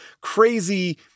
crazy